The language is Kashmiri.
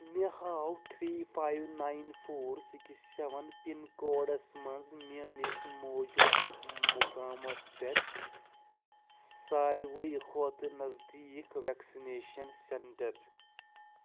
مےٚ ہاو three five nine four six seven pin codes مَنٛز میٛٲنِس موٗجوٗدٕ مُقامس پٮ۪ٹھ سارِوٕے کھۄتہٕ نٔزدیٖک وؠکسِنیشن سینٹر